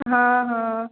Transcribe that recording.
हँ हँ